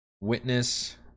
Witness